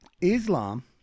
Islam